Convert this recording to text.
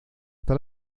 hasta